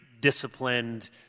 disciplined